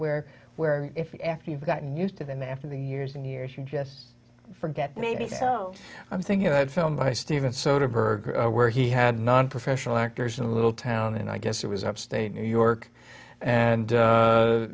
where where if after you've gotten used to them after the years and years you just forget maybe so i'm thinking that film by steven soderbergh where he had nonprofessional actors in a little town and i guess it was upstate new york and